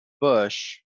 bush